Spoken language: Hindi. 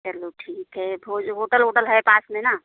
चलो ठीक है भोज होटल वोटल हे पास में ना